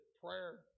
prayer